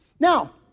Now